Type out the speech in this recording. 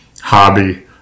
hobby